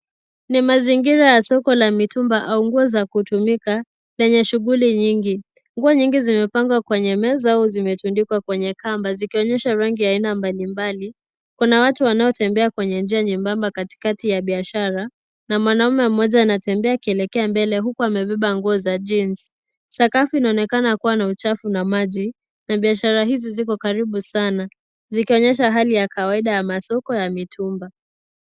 Ni mazingira ya soko la mitumba au nguo za kutumika lenye shughuli nyingi. Nguo nyingi zimepangwa kwenye meza au zimetundikwa kwenye kamba zikionyesha rangi aina mbalimbali. Kuna watu wanaotembea kwenye njia nyembamba katikati ya biashara na mwanamume mmoja anatembea akielekea mbele huku amebeba nguo za jeans . Sakafu inaonekana kuwa na uchafu na maji na biashara hizi ziko karibu sana zikionyesha hali ya kawaida ya masoko ya mitumba.